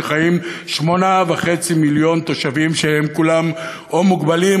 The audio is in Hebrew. חיים 8.5 מיליון תושבים שהם כולם או מוגבלים,